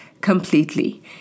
completely